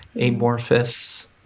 amorphous